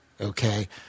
Okay